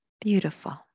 Beautiful